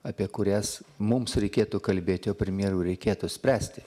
apie kurias mums reikėtų kalbėti o premjerui reikėtų spręsti